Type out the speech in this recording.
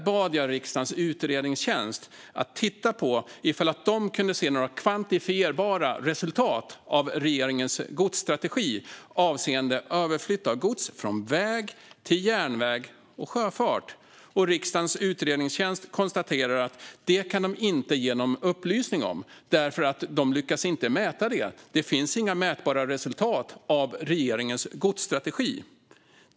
Jag bad riksdagens utredningstjänst att titta på ifall de kunde se några kvantifierbara resultat av regeringens godsstrategi avseende överflytt av gods från väg till järnväg och sjöfart. Riksdagens utredningstjänst konstaterar att de inte kan ge någon upplysning om det, för de lyckas inte mäta det. Det finns inga mätbara resultat av regeringens godsstrategi.